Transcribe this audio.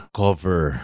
cover